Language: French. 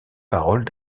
paroles